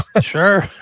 Sure